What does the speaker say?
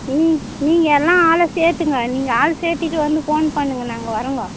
நீ நீங்கள் எல்லாம் ஆளை சேர்த்துங்க நீங்கள் ஆள் சேர்த்தீட்டு வந்து ஃபோன் பண்ணுங்க நாங்கள் வரோங்க